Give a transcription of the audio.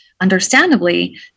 understandably